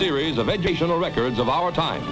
series of educational records of our time